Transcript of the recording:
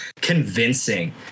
convincing